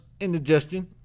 Indigestion